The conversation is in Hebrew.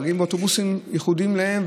באוטובוסים ייחודיים שלהם,